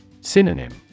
Synonym